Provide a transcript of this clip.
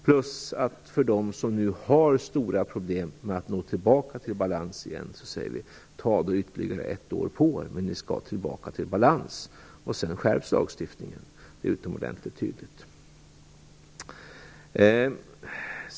Dessutom säger vi till dem som nu har stora problem med att få tillbaka balansen: Ta då ytterligare ett år på er, men ni skall tillbaka till balans. Sedan skärps lagstiftningen. Det är utomordentligt tydligt.